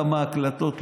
כמה הקלטות,